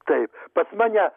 taip pas mane